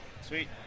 sweet